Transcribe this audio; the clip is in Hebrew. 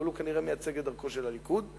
אבל הוא כנראה מייצג את דרכו של הליכוד,